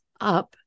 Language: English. up